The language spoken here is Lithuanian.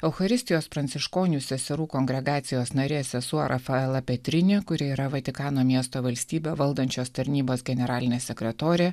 eucharistijos pranciškonių seserų kongregacijos narė sesuo rafaela petrini kuri yra vatikano miesto valstybę valdančios tarnybos generalinė sekretorė